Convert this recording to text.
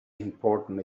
important